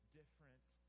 different